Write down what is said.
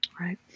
Right